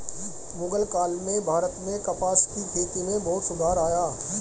मुग़ल काल में भारत में कपास की खेती में बहुत सुधार आया